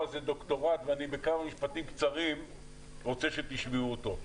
הזה דוקטורט ואני בכמה משפטים קצרים רוצה שתשמעו אותו.